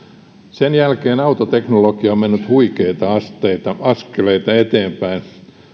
sen jälkeen autoteknologia on mennyt huikeita askeleita askeleita eteenpäin